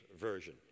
Version